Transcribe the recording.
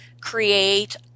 create